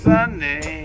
Sunday